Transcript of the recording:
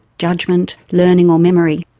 judgment, learning or memory.